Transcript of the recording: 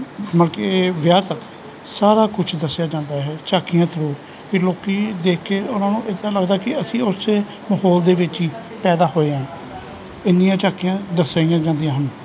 ਮਲਕਿ ਵਿਆਹ ਤੱਕ ਸਾਰਾ ਕੁਛ ਦੱਸਿਆ ਜਾਂਦਾ ਹੈ ਝਾਕੀਆਂ ਥਰੁ ਕਿ ਲੋਕ ਦੇਖ ਕੇ ਉਹਨਾਂ ਨੂੰ ਇੱਦਾਂ ਲੱਗਦਾ ਕਿ ਅਸੀਂ ਉਸ ਮਾਹੌਲ ਦੇ ਵਿੱਚ ਹੀ ਪੈਦਾ ਹੋਏ ਹਾਂ ਇੰਨੀਆਂ ਝਾਕੀਆਂ ਦਰਸਾਈਆਂ ਜਾਂਦੀਆਂ ਹਨ